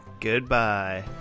Goodbye